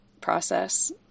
process